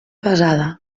basada